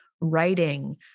writing